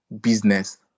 business